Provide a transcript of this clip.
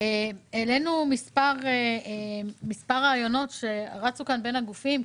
הזה העלנו מספר רעיונות שרצו כאן בין הגופים,